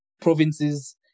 provinces